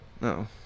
No